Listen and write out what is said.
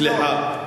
סליחה.